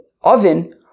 oven